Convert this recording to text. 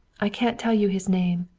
i can't tell you his name.